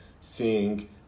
seeing